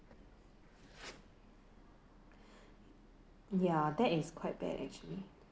ya that is quite bad actually